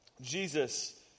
Jesus